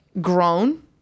grown